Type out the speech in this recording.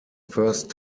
first